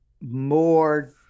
more